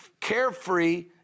carefree